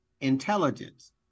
intelligence